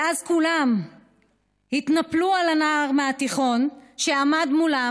ואז כולם התנפלו על הנער מהתיכון שעמד מולם